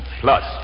plus